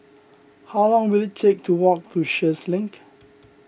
how long will it take to walk to Sheares Link